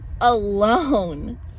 alone